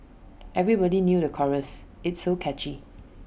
everybody knew the chorus it's so catchy